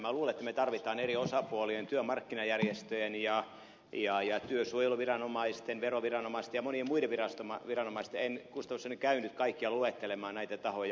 minä luulen että me tarvitsemme eri osapuolien yhteistyötä työmarkkinajärjestöjen ja työsuojeluviranomaisten veroviranomaisten ja monien muiden viranomaisten en käy nyt luettelemaan kaikkia näitä tahoja